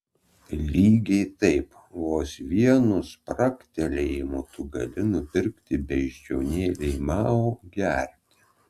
lygiai taip vos vienu spragtelėjimu tu gali nupirkti beždžionėlei mao gerti